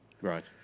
Right